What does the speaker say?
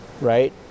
right